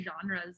genres